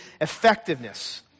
effectiveness